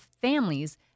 families